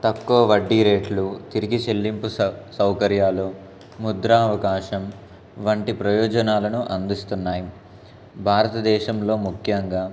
తక్కువ వడ్డీ రేట్లు తిరిగి చెల్లింపు సౌ సౌకర్యాలు ముద్ర అవకాశం వంటి ప్రయోజనాలను అందిస్తున్నాయి భారతదేశంలో ముఖ్యంగా